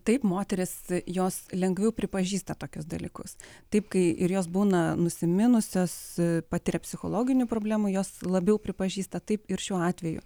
taip moterys jos lengviau pripažįsta tokius dalykus taip kai ir jos būna nusiminusios patiria psichologinių problemų jos labiau pripažįsta taip ir šiuo atveju